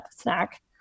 snack